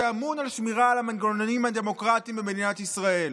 שאמון על שמירה על המנגנונים הדמוקרטיים במדינת ישראל,